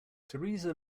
teresa